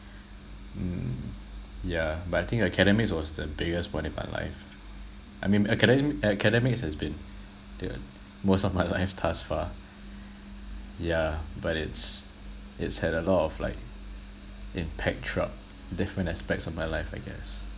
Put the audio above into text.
mm yeah but I think academics was the biggest one in my life I mean academ~ academics has been the most of my life thus far yeah but it's it's had a lot of like impact throughout different aspects of my life I guess